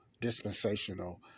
dispensational